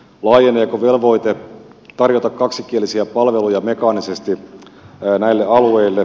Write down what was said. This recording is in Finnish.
laajeneeko velvoite tarjota kaksikielisiä palveluja mekaanisesti näille alueille